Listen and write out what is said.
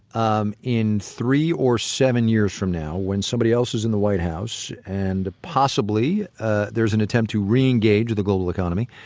um in three or seven years from now, when somebody else is in the white house and possibly ah there's an attempt to re-engage the global economy,